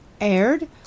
aired